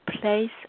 place